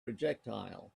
projectile